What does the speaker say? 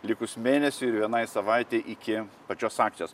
likus mėnesiui ir vienai savaitei iki pačios akcijos